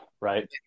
Right